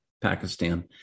Pakistan